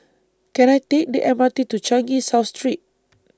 Can I Take The M R T to Changi South Street